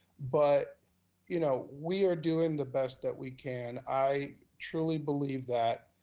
but you know we are doing the best that we can, i truly believe that,